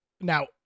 now